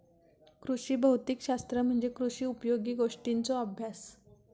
कृषी भौतिक शास्त्र म्हणजे कृषी उपयोगी गोष्टींचों अभ्यास